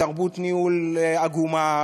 תרבות ניהול עגומה,